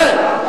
צא.